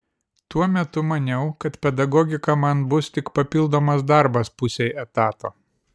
tuo metu maniau kad pedagogika man bus tik papildomas darbas pusei etato